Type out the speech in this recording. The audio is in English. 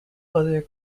other